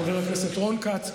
חבר הכנסת רון כץ.